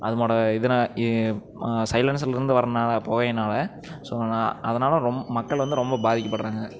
அதுமோட இதுனால் சைலன்சர்லிருந்து வர்ற புகையினால் ஸோ அதனால் ரொம் மக்கள் வந்து ரொம்ப பாதிக்கப்படுகிறாங்க